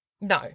No